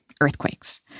earthquakes